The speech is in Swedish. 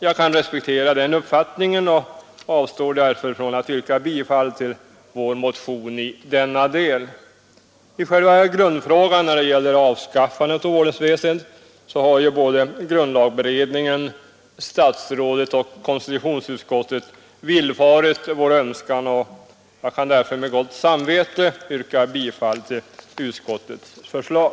Jag kan respektera den uppfattningen och avstår därför från att yrka bifall till vår motion i denna del. I själva grundfrågan om avskaffandet av ordensväsendet har såväl grundlagberedningen som statsrådet och konstitutionsutskottet villfarit vår önskan, och jag kan därför med gott samvete yrka bifall till utskottets förslag.